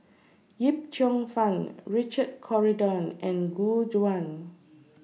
Yip Cheong Fun Richard Corridon and Gu Juan